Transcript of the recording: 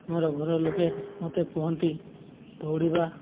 ମୋର ଘର ଲୋକେ ମୋତେ କୁହନ୍ତି ଦୌଡ଼ିବା